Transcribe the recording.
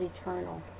eternal